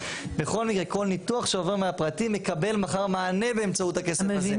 כל ניתוח שעובר מהפרטי מקבל מחר מענה באמצעות הכסף הזה,